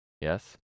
Yes